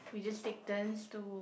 we just take turns to